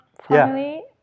family